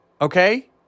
Okay